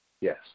Yes